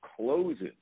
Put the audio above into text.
closes